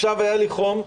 עכשיו היה לי חום,